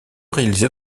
réalisé